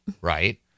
right